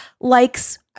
likes